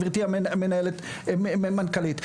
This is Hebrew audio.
גברתי המנכ"לית,